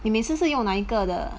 你每次是用哪一个的